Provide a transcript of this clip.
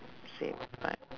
same five